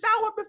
shower